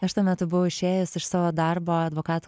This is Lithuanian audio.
aš tuo metu buvau išėjus iš savo darbo advokatų